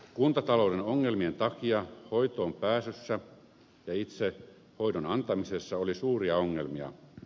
kuntatalouden ongelmien takia hoitoonpääsyssä ja itse hoidon antamisessa oli suuria ongelmia